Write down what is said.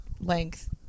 length